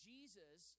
Jesus